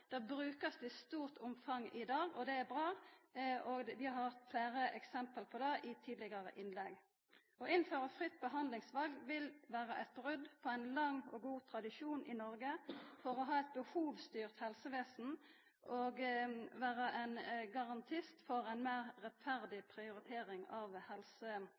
blir brukt i stort omfang i dag, og det er bra. Vi har høyrt fleire eksempel på det i tidlegare innlegg. Å innføra fritt behandlingsval vil vera eit brot på ein lang og god tradisjon i Noreg for å ha eit behovsstyrt helsevesen og vera ein garantist for ei meir rettferdig prioritering av